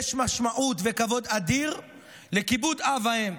יש משמעות וכבוד אדיר לכיבוד אב ואם.